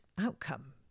outcome